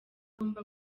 agomba